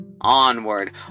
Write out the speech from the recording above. onward